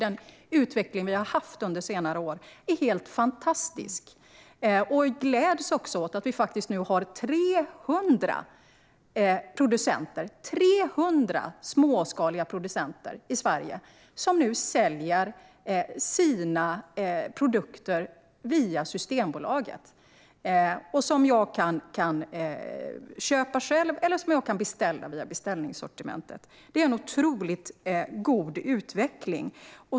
Den utveckling som har rått under senare år är helt fantastisk. Jag gläds också åt att det nu faktiskt finns 300 småskaliga producenter i Sverige som säljer sina produkter via Systembolaget. Jag kan själv köpa där eller beställa via beställningssortimentet. Det är en otroligt god utveckling.